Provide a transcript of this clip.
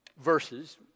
verses